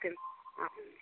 okay madam ఆ